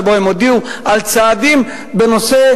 שבה הם הודיעו על צעדים בנושא: